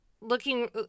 looking